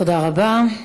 תודה רבה.